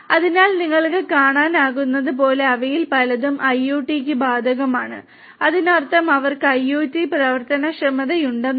അതിനാൽ നിങ്ങൾക്ക് കാണാനാകുന്നതുപോലെ അവയിൽ പലതും ഐഒടിക്ക് ബാധകമാണ് അതിനർത്ഥം അവർക്ക് IoT പ്രവർത്തനക്ഷമതയുണ്ടെന്നാണ്